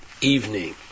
evening